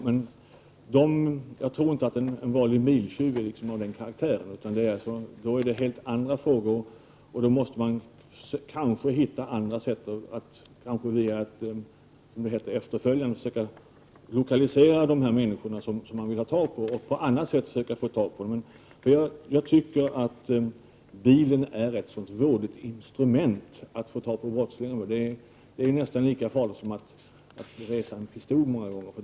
Men jag tror inte att en biltjuv är av den karaktären, och för en sådan måste man kanske hitta andra metoder. Man kanske kan lokalisera honom på annat sätt för att försöka få tag i honom. Men jag tycker att bilen är ett vådligt instrument. Att försöka få tag på brottslingar med hjälp av en sådan är nästan lika farligt som att någon går omkring med pistol.